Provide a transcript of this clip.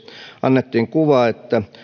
annettiin kuva että